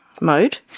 mode